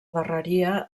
darreria